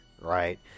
right